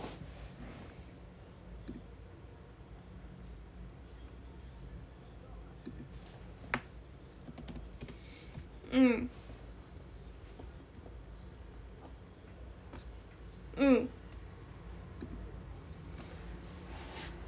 mm mm